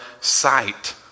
sight